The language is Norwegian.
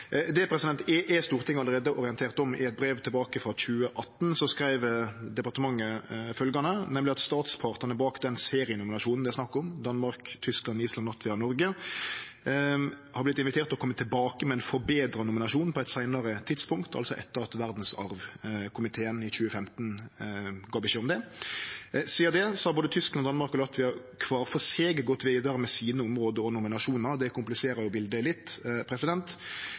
Det er Stortinget allereie orientert om. I eit brev frå 2018 skreiv departementet nemleg at statspartane bak den serienominasjonen det er snakk om, Danmark, Tyskland, Island, Latvia og Noreg, har vorte invitert til å kome tilbake med ein forbetra nominasjon på eit seinare tidspunkt – altså etter at verdsarvkomiteen i 2015 ga beskjed om det. Sidan det har både Tyskland, Danmark og Latvia kvar for seg gått vidare med sine område og nominasjonar. Det kompliserer jo biletet litt.